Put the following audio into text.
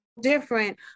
different